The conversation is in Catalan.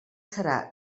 serà